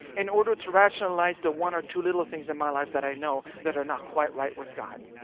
in order to rationalize the one or two little things in my life that i know, that are not quite right with god